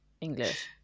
English